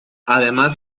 además